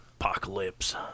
apocalypse